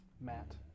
Matt